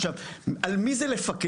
עכשיו, על מי זה לפקח?